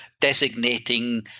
designating